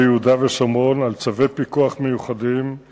בוקעאתא ובמג'דל-שמס ברמת-הגולן מסכנים